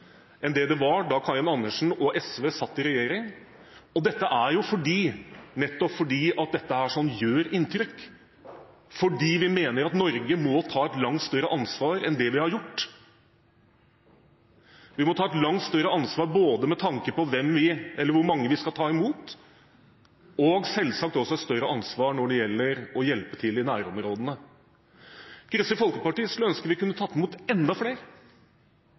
enn det det var da SV satt i regjering. Dette skyldes nettopp at dette gjør inntrykk, og fordi vi mener at Norge må ta et langt større ansvar enn vi har gjort. Vi må ta et langt større ansvar både når det gjelder hvor mange vi skal ta imot og selvsagt når det gjelder å hjelpe til i nærområdene. Kristelig Folkeparti skulle ønsket vi kunne tatt imot enda flere,